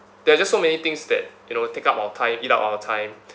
there are just so many things that you know take up our time eat up our time